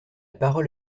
parole